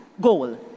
goal